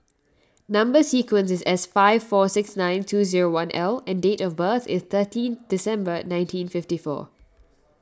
Number Sequence is S five four six nine two zero one L and date of birth is thirteenth December nineteen fifty four